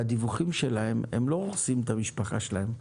הם לא הורסים את המשפחה שלהם,